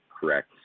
correct